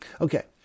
Okay